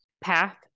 path